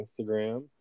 instagram